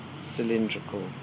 cylindrical